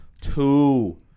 two